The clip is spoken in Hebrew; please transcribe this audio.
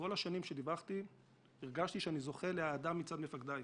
במשך כל השנים שדיווחתי הרגשתי שאני זוכה לאהדה מצד מפקדיי.